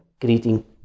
greeting